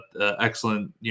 excellent